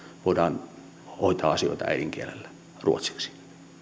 voidaan hoitaa asioita äidinkielellä ruotsiksi